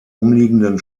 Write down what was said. umliegenden